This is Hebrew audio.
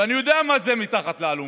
ואני יודע מה זה מתחת לאלונקה.